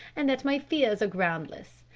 and that my fears are groundless,